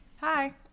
Hi